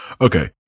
okay